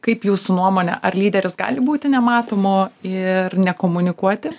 kaip jūsų nuomone ar lyderis gali būti nematomu ir nekomunikuoti